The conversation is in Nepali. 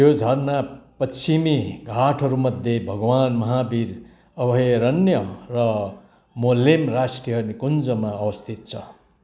यो झर्ना पश्चिमी घाटहरूमध्ये भगवान् महावीर अभयारण्य र मोलेम राष्ट्रिय निकुञ्जमा अवस्थित छ